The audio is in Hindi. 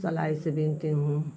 सिलाई से बुनती हूँ